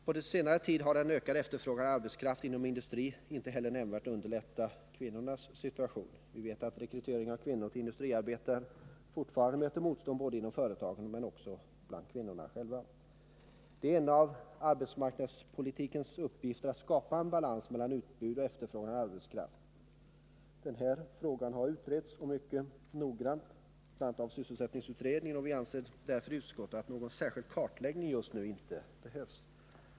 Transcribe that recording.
På senare tid har den ökade efterfrågan på arbetskraft inom industrin inte heller nämnvärt underlättat kvinnornas situation. Vi vet att rekrytering av kvinnor till industriarbete fortfarande möter motstånd både inom företagen och bland kvinnorna själva. Det är en av arbetsmarknadspolitikens uppgifter att skapa balans mellan utbud och efterfrågan på arbetskraft. Den här frågan har utretts mycket noggrant av bl.a. sysselsättningsutredningen, och vi anser därför i utskottet att någon särskild kartläggning just nu inte behövs.